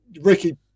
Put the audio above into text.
Ricky